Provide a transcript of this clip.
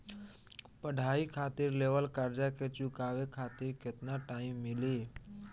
पढ़ाई खातिर लेवल कर्जा के चुकावे खातिर केतना टाइम मिली?